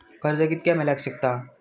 कर्ज कितक्या मेलाक शकता?